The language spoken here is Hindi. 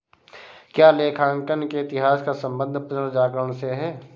क्या लेखांकन के इतिहास का संबंध पुनर्जागरण से है?